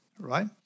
right